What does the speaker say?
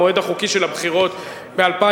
המועד החוקי של הבחירות ב-2013,